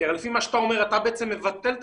כי לפי מה שאתה אומר אתה בעצם מבטל את